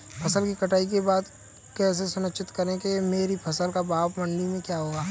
फसल की कटाई के बाद कैसे सुनिश्चित करें कि मेरी फसल का भाव मंडी में क्या होगा?